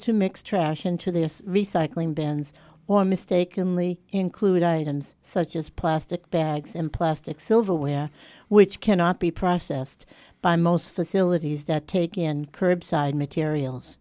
to mix trash into their recycling bins or mistakenly include items such as plastic bags and plastic silverware which cannot be processed by most facilities that take in curbside materials